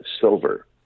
silver